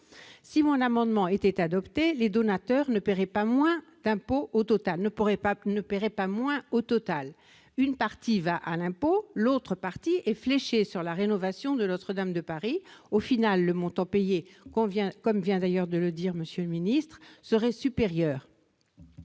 Si mon amendement était adopté, les donateurs ne paieraient pas moins au total, mais une partie irait à l'impôt et l'autre serait fléchée vers la rénovation de Notre-Dame de Paris. Au final, le montant payé, comme vient d'ailleurs de le dire M. le ministre, serait supérieur.